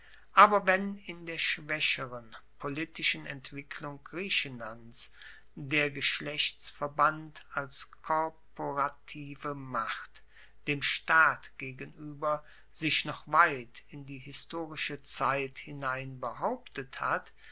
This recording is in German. aber wenn in der schwaecheren politischen entwicklung griechenlands der geschlechtsverband als korporative macht dem staat gegenueber sich noch weit in die historische zeit hinein behauptet hat